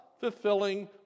fulfilling